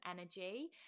energy